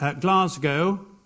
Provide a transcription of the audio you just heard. Glasgow